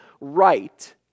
right